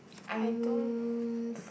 I don't